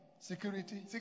Security